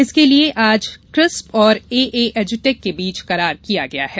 इसके लिये आज किस्प और एए एजुटेक के बीच करार किया गया है